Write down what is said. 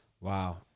Wow